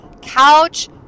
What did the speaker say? couch